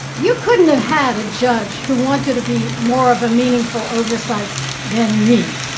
you couldn't have had a judge who wanted to be more of a meaningful oversight than me.